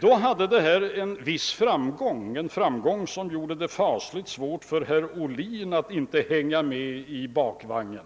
Då hade denna typ av argument en viss framgång, en framgång som gjorde det fasligt svårt för herr Ohlin att inte hänga med i bakvagnen.